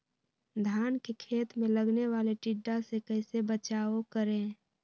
धान के खेत मे लगने वाले टिड्डा से कैसे बचाओ करें?